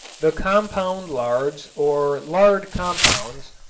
the compound lards or lard compounds,